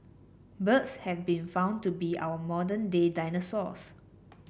birds have been found to be our modern day dinosaurs